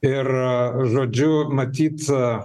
ir žodžiu matyt